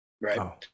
right